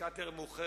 בשעת ערב מאוחרת,